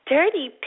Dirty